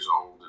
old